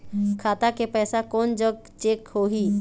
खाता के पैसा कोन जग चेक होही?